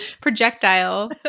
projectile